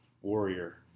Warrior